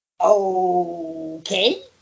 Okay